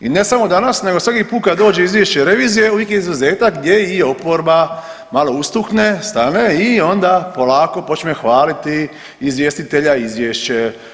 I ne samo danas, nego svaki put kad dođe izvješće revizije uvijek je izuzetak gdje i oporba malo ustukne, stane i onda polako počne hvaliti izvjestitelja i izvješće.